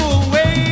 away